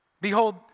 Behold